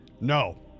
No